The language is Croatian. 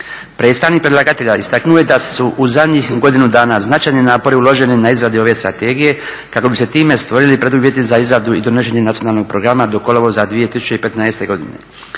Predstavnik predlagatelja istaknuo je da su u zadnjih godinu dana značajni napori uloženi na izradi ove strategije kako bi se time stvorili preduvjeti za izradu i donošenje nacionalnog programa do kolovoza 2015. godine.